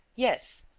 yes.